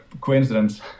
coincidence